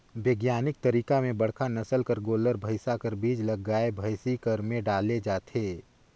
बिग्यानिक तरीका में बड़का नसल कर गोल्लर, भइसा कर बीज ल गाय, भइसी कर में डाले जाथे